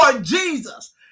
Jesus